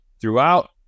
throughout